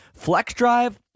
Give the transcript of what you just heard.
FlexDrive